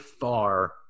far